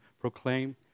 proclaim